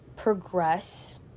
progress